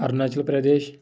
Arunachal Pradesh